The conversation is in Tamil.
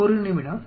ஒரு நிமிடம்